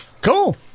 Cool